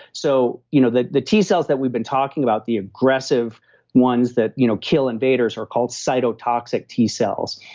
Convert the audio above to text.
so you know the the t cells that we've been talking about, the aggressive ones that you know kill invaders are called cytotoxic t cells.